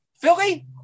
Philly